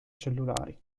cellulari